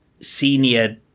senior